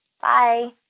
Bye